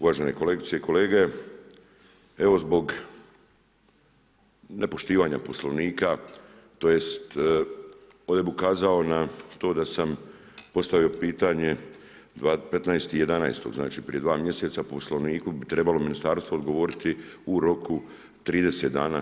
Uvažene kolegice i kolege, evo zbog nepoštivanja poslovnika, tj. ovdje bi ukazao na to da sam postavio pitanje, 15.11. znači prije 2 mjeseca po poslovniku bi trebalo ministarstvo odgovoriti u roku 30 dana.